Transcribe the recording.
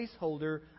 placeholder